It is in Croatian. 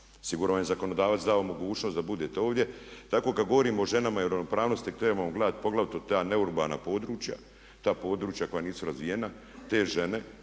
Sigurno vam je zakonodavac dao mogućnost da budete ovdje. Tako kada govorimo o ženama i ravnopravnosti trebamo gledati poglavito ta neurbana područja, ta područja koja nisu razvijena, te žene,